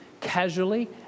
casually